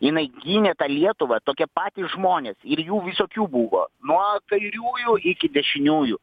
jinai gynė tą lietuvą tokie patys žmonės ir jų visokių buvo nuo kairiųjų iki dešiniųjų